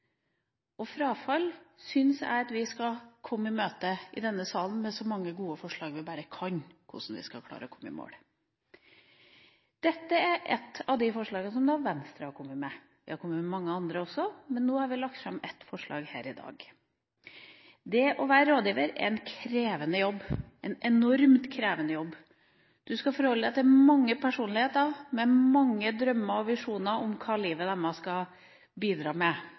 Frafall syns jeg at vi i denne salen skal komme i møte med så mange gode forslag vi bare kan om hvordan vi skal klare å komme i mål. Dette er et av de forslagene som Venstre har kommet med. Vi har kommet med mange andre også, men nå har vi lagt fram ett forslag her i dag. Det å være rådgiver er en krevende jobb – en enormt krevende jobb. Man skal forholde seg til mange personligheter med mange drømmer og visjoner om hva livet deres skal bidra med,